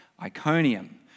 Iconium